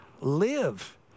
live